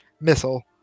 missile